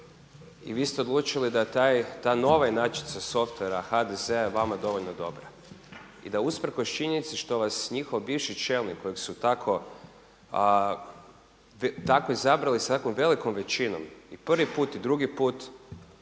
I vi ste odlučili da ta nova inačica softwera HDZ-a je vama dovoljno dobra, i da usprkos činjenici što vas njihov bivši čelnik kojeg su tako izabrali sa tako velikom većinom i prvi put, i drugi put